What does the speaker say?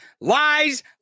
lies